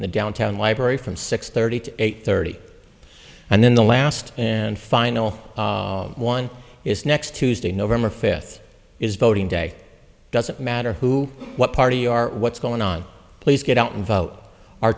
the downtown library from six thirty to eight thirty and in the last and final are one is next tuesday november fifth is voting day doesn't matter who what party are what's going on please get out and vote are